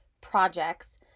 projects